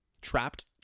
trapped